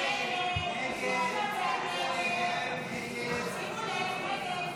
הסתייגות 80 לא נתקבלה.